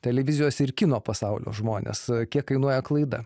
televizijos ir kino pasaulio žmonės kiek kainuoja klaida